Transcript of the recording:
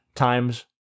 Times